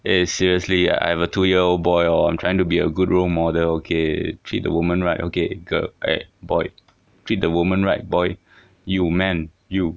eh seriously ah I have a two year old boy hor I'm trying to be a good role model okay treat the woman right okay girl eh boy treat the woman right boy you man you